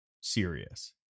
serious